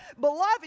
beloved